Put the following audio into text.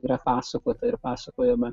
yra pasakota ir pasakojama